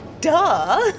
duh